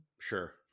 Sure